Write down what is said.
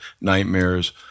nightmares